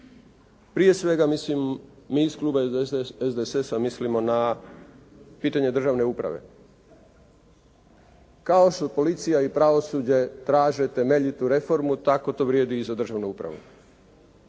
Prije svega, mi iz kluba SDSS-a mislimo na pitanje državne uprave. Kao što policija i pravosuđe traže temeljitu reformu, tako to vrijedi i za državnu upravu.